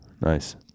Nice